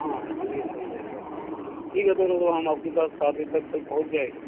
हाँ हाँ यह सही रहेगा सर ठीक है सर तो हम आपके पास सात बजे तक कल पहुँच जाएँ